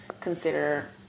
consider